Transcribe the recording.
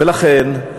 ולכן,